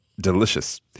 delicious